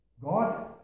God